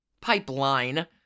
pipeline